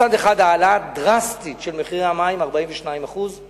מצד אחד העלאה דרסטית של מחירי מים, 42%;